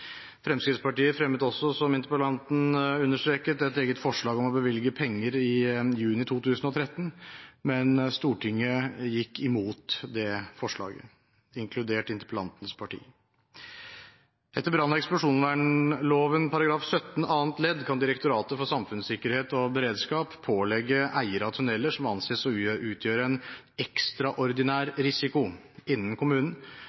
Fremskrittspartiet fremmet også, som interpellanten understreket, et eget forslag om å bevilge penger i juni 2013, men Stortinget gikk imot det forslaget, inkludert interpellantens parti. Etter brann- og eksplosjonsvernloven § 14 annet ledd kan Direktoratet for samfunnssikkerhet og beredskap pålegge eier av tunneler «som anses å utgjøre en ekstraordinær risiko innen kommunen,